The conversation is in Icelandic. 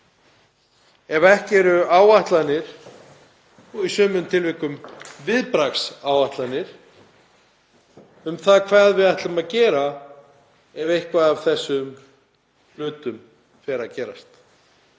ef ekki eru til áætlanir, og í sumum tilvikum viðbragðsáætlanir, um það hvað við ætlum að gera ef eitthvað af þessu fer að gerast.